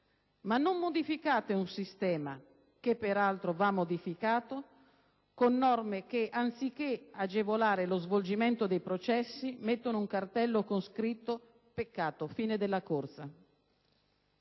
Ma non modificate un sistema (che peraltro va modificato) con norme che, anziché agevolare lo svolgimento dei processi, mettono un cartello con scritto «peccato, fine della corsa».